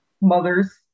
mothers